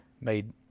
made